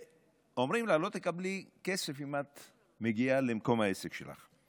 ואומרים לה: לא תקבלי כסף אם את מגיעה למקום העסק שלך.